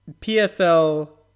PFL